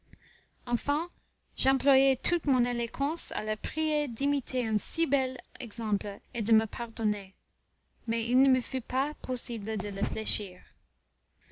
enfin j'employai toute mon éloquence à le prier d'imiter un si bel exemple et de me pardonner mais il ne me fut pas possible de